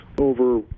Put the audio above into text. over